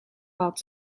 had